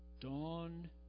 Dawn